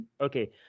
Okay